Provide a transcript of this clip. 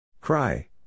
Cry